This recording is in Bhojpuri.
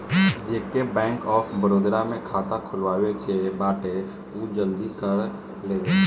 जेके बैंक ऑफ़ बड़ोदा में खाता खुलवाए के बाटे उ जल्दी कर लेवे